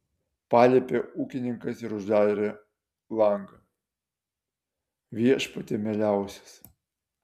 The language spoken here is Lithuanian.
paliepė ūkininkas ir uždarė langą viešpatie mieliausias